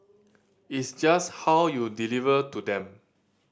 it's just how you deliver to them